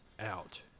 out